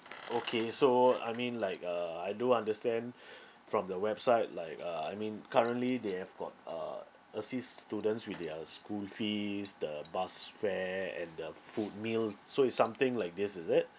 okay so I mean like uh I do understand from the website like uh I mean currently they have got uh assist students with their school fees the bus fare and the food meal so it's something like this is it